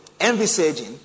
envisaging